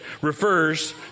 refers